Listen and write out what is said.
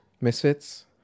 Misfits